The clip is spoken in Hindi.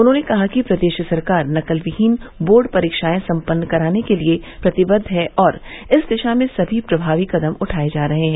उन्होंने कहा कि प्रदेश सरकार नकलविहीन बोर्ड परीक्षाएं सम्पन्न कराने के लिए प्रतिबद्व है और इस दिशा में सभी प्रभावी कदम उठाए जा रहे हैं